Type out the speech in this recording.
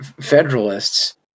Federalists